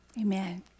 amen